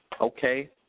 Okay